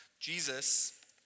Jesus